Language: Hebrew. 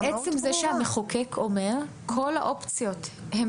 אבל עצם זה שהמחוקק אומר שכול האופציות הן